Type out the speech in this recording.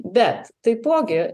bet taipogi